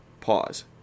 Pause